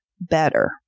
better